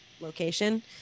location